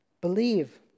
Believe